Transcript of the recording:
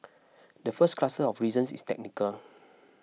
the first cluster of reasons is technical